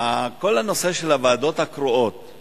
אבל בנסיעות ישירות מנקודה